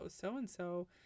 so-and-so